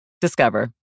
Discover